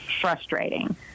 frustrating